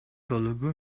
толугу